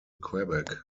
quebec